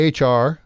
HR